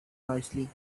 noisily